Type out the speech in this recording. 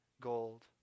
gold